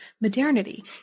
modernity